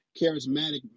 charismatic